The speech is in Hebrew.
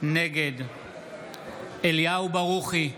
נגד אליהו ברוכי,